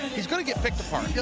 he's going to get picked afar.